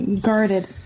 guarded